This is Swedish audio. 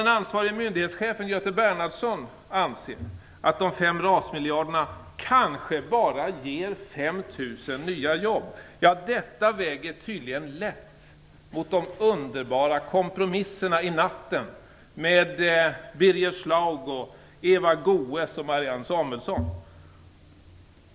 Den ansvarige myndighetschefen, Göte Bernhardsson, anser att de 5 RAS-miljarderna kanske bara ger 5 000 nya jobb. Deras åsikter väger tydligen lätt i förhållande till de underbara kompromisserna i natten med Birger Schlaug, Eva Goës och Fru talman!